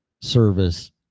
service